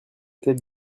était